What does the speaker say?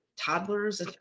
toddlers